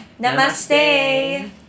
Namaste